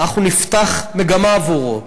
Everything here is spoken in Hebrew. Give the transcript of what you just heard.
אנחנו נפתח מגמה עבורו.